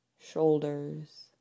shoulders